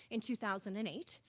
in two thousand and eight.